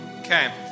Okay